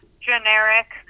generic